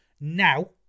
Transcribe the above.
now